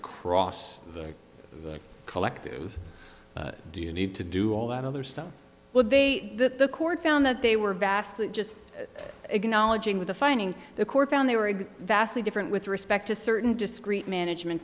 across their collective do you need to do all that other stuff well they that the court found that they were vastly just acknowledging with a finding the court found they were vastly different with respect to certain discrete management